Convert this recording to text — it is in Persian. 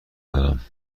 دارم